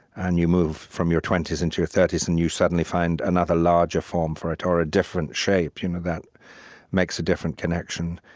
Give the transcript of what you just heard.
and you move from your twenty s into your thirty s, and you suddenly find another larger form for it or a different shape you know that makes a different connection.